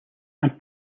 and